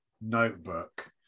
notebook